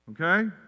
Okay